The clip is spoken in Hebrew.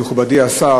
מכובדי השר,